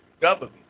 government